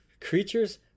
creature's